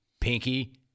pinky